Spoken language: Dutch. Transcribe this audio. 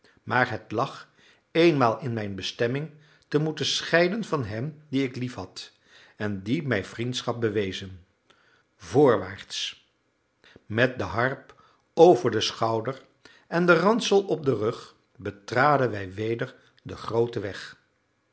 maar het lag eenmaal in mijn bestemming te moeten scheiden van hen die ik liefhad en die mij vriendschap bewezen voorwaarts met de harp over den schouder en den ransel op den rug betraden wij weder den grooten weg